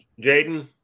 Jaden